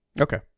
okay